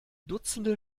dutzende